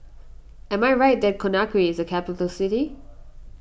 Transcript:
am I right that Conakry is a capital city